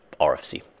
RFC